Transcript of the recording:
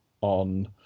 on